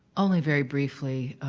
only very briefly,